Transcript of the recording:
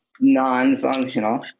non-functional